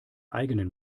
eigenen